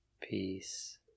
Peace